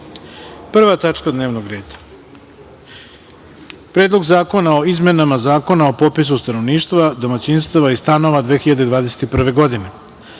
na glasanje Predlog zakona o izmenama Zakona o popisu stanovništva, domaćinstava i stanova 2021. godine,